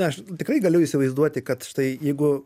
aš tikrai galiu įsivaizduoti kad štai jeigu